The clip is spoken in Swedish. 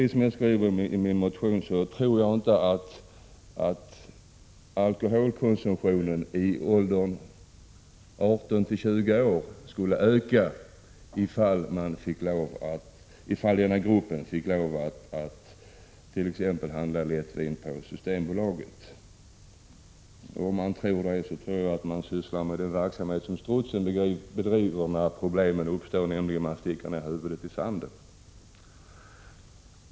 Som jag skriver i min motion tror jag inte att alkoholkonsumtionen för personer i åldrarna 18—20 år skulle öka om dessa fick lov att t.ex. köpa lättvin på Systembolaget. Att tro det är att handla som strutsen sägs göra när fara uppstår: sticka ner huvudet i sanden.